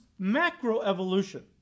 macroevolution